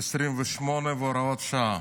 28 והוראת שעה),